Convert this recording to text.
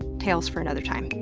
tales for another time.